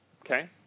Okay